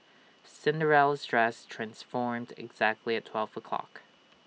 Cinderella's dress transformed exactly at twelve o'clock